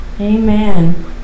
Amen